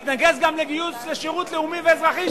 מתנגד גם לגיוס לשירות לאומי ואזרחי.